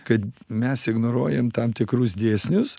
kad mes ignoruojam tam tikrus dėsnius